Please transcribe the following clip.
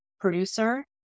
producer